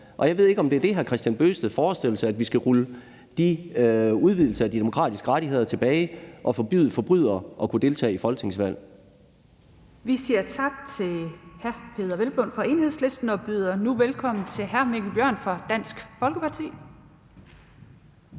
Jeg ved ikke, om hr. Kristian Bøgsted forestiller sig, at vi skal rulle de udvidelser af de demokratiske rettigheder tilbage og forbyde forbrydere at kunne deltage i folketingsvalg. Kl. 12:11 Den fg. formand (Theresa Berg Andersen): Vi siger tak til hr. Peder Hvelplund fra Enhedslisten og byder nu velkommen til hr. Mikkel Bjørn fra Dansk Folkeparti.